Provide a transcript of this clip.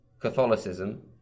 Catholicism